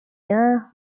year